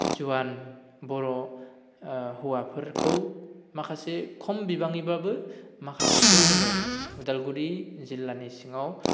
जुवान बर' हौवाफोरखौ माखासे खम बिबांनिब्लाबो माखासेखौ जोङो उदालगुरि जिल्लानि सिङाव